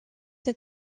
that